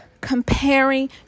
comparing